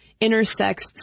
intersects